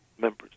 members